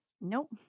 Nope